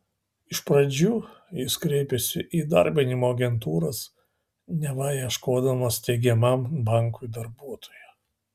iš pradžių jis kreipėsi į įdarbinimo agentūras neva ieškodamas steigiamam bankui darbuotojų